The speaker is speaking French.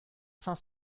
cinq